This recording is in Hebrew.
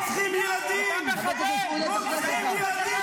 חבר הכנסת